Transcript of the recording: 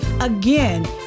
Again